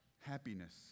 happiness